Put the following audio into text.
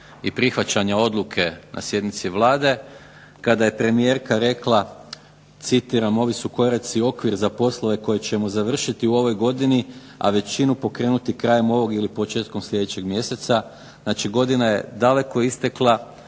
i prihvaćanja odluke na sjednici Vlade kada je premijerka rekla, citiram: "Ovi su koraci okvir za poslove koje ćemo završiti u ovoj godini, a većinu pokrenuti krajem ovog ili početkom sljedećeg mjeseca, znači godina je daleko istekla,